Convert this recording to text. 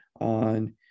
on